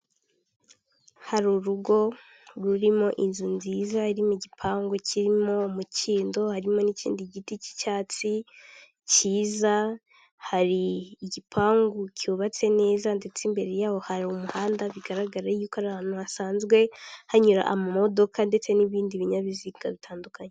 Hari urugo rurimo inzu nziza, irimo igipangu kirimo umukindo, harimo n'ikindi giti cy'icyatsi cyiza, hari igipangu cyubatse neza, ndetse imbere yaho hari umuhanda bigaragara y'uko ari ahantu hasanzwe hanyura ama modoka ndetse n'ibindi binyabiziga bitandukanye.